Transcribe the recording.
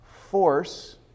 Force